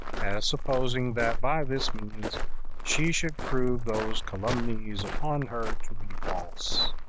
as supposing that by this means she should prove those calumnies upon her to be false